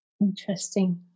Interesting